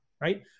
right